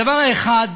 הדבר האחד,